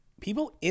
people